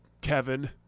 Kevin